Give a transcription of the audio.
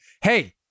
hey